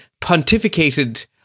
pontificated